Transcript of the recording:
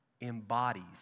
embodies